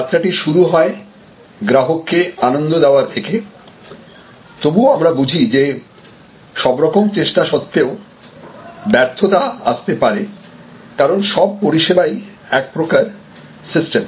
যাত্রা টি শুরু হয় গ্রাহককে আনন্দ দেওয়ার থেকে তবুও আমরা বুঝি যে সবরকম চেষ্টা সত্ত্বেও ব্যর্থতা আসতে পারে কারণ সব পরিষেবাই একপ্রকার সিস্টেম